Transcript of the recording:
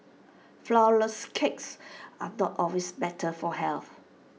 Flourless Cakes are not always better for health